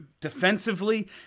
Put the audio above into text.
defensively